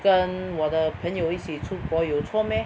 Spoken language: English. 跟我的朋友一起出国有错 meh